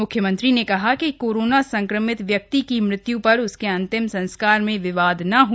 म्ख्यमंत्री ने कहा कि कोरोना संक्रमित व्यक्ति की मृत्य् पर उसके अंतिम संस्कार में विवाद न हो